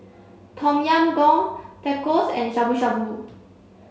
Tom Yam Goong Tacos and Shabu shabu